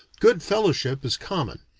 good fellowship is common,